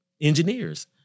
engineers